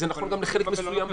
זה נכון גם לגבי חלק מסוים מטבריה.